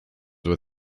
with